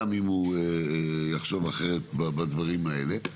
גם אם הוא יחשוב אחרת בדברים האלה,